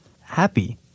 happy